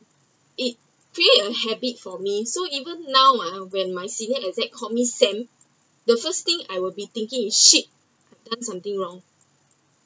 it create a habit for me so even now ah when my senior exec call me sam the first thing I’ll be thinking shit I’ve done something wrong